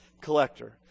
collector